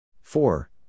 Four